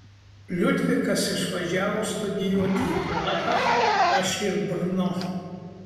liudvikas išvažiavo studijuoti į prahą aš į brno